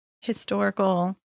historical